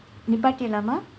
நிப்பாட்டிறலாமா:nippattiralaamaa